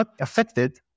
affected